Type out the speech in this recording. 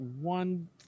one